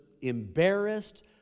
embarrassed